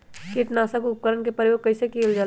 किटनाशक उपकरन का प्रयोग कइसे कियल जाल?